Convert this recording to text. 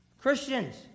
Christians